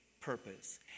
purpose